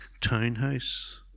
townhouse